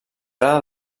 ara